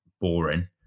boring